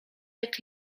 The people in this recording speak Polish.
jak